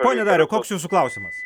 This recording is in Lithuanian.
pone dariau koks jūsų klausimas